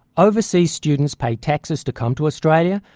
overseas students pay taxes to come to australia,